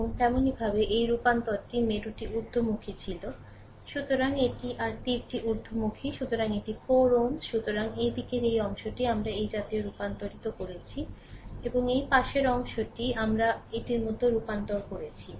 এবং তেমনি ভাবে এই রূপান্তরিত মেরুটি উর্ধ্বমুখী ছিল সুতরাং এটি আর তীরটি ঊর্ধ্বমুখী সুতরাং এটি 4 Ω সুতরাং এই দিকের এই অংশটি আমরা এই জাতীয় রূপান্তরিত করেছি এবং এই পাশের অংশটি আমরা এটির মতো রূপান্তর করেছি